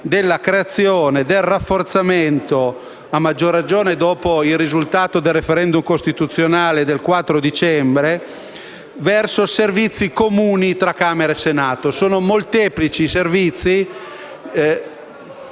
della creazione e del rafforzamento, a maggior ragione dopo il risultato del *referendum* costituzionale del 4 dicembre, di servizi comuni tra Camera e Senato. Sono molteplici i servizi...